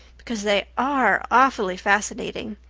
because they are awfully fascinating.